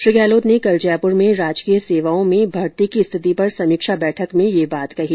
श्री गहलोत ने कल जयपुर में राजकीय सेवाओं में भर्ती की स्थिति पर समीक्षा बैठक में यह बात कही